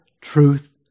truth